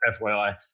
FYI